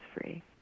free